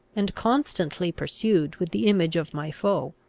and constantly pursued with the image of my foe.